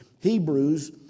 Hebrews